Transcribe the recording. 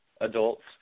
adults